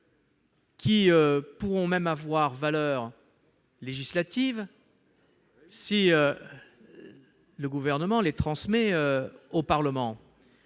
qui pourront acquérir une valeur législative si le Gouvernement les transmet au Parlement.